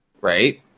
right